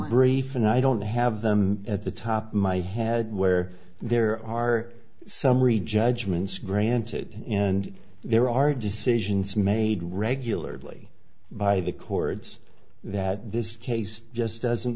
brief and i don't have them at the top of my head where there are summary judgments granted and there are decisions made regularly by the chords that this case just doesn't